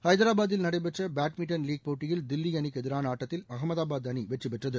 ஐதாராபாத்தில் நடைபெற்ற badminton league போட்டியில் தில்லி அணிக்கு எதிரான ஆட்டத்தில் அகமதாபாத் அணி வெற்றிபெற்றது